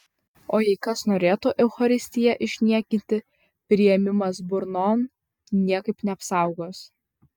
o jei kas norėtų eucharistiją išniekinti priėmimas burnon niekaip neapsaugos